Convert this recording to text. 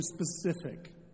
specific